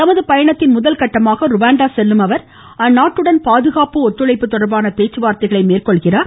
தமது பயணத்தின் முதறகட்டமாக ருவாண்டா செல்லும் அவர் அந்நாட்டுடன் பாதுகாப்பு ஒத்துழைப்பு தொடர்பான பேச்சுவார்த்தைகளை மேற்கொள்கிறார்